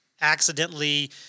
accidentally